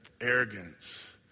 arrogance